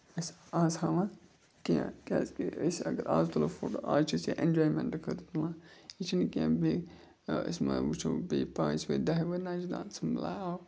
اَسہِ آز ہاوان کیٚنٛہہ کیٛازکہِ أسۍ اگر آز تُلو فوٹو آز چھِ أسۍ یہِ اٮ۪نجایمٮ۪نٛٹ خٲطرٕ تُلان یہِ چھِنہٕ کیٚنٛہہ بیٚیہِ أسۍ ما وٕچھو بیٚیہِ پانٛژھِ وٕہٕرۍ دَہہِ وٕہٕرۍ نَہ أسۍ چھِ دپان ژٕھن بلاے او